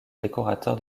décorateur